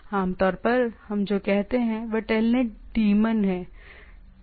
आमतौर पर हम जो कहते हैं वह टेलनेट डी डेमॉन है